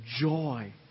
joy